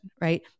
right